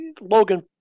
Logan